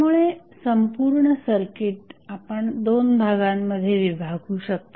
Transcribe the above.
त्यामुळे संपूर्ण सर्किट आपण दोन भागांमध्ये विभागू शकता